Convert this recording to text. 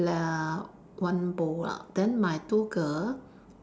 uh one bowl lah then my two girl